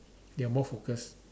they are more focused